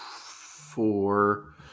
four